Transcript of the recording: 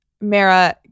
Mara